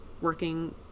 working